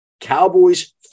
Cowboys